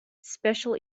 special